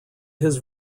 his